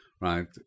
right